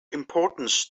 importance